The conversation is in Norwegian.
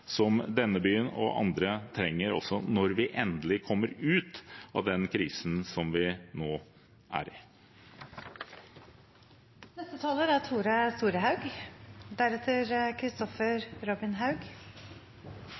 som denne byen og også andre trenger når vi endelig kommer ut av den krisen som vi nå er